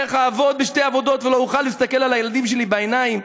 איך אעבוד בשתי עבודות ולא אוכל להסתכל על הילדים שלי בעיניים?